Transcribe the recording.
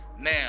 now